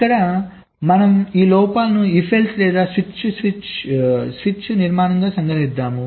ఇక్కడ మనం ఈ లోపాలను if else లేదా switch స్విచ్ నిర్మాణంగా సంగ్రహించాము